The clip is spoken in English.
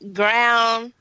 ground